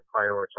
prioritize